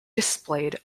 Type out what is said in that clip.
displayed